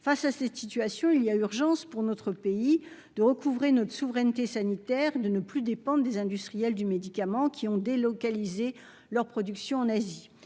face à cette situation, il y a urgence pour notre pays de recouvrer notre souveraineté sanitaire de ne plus dépendre des industriels du médicament qui ont délocalisé leur production en Asie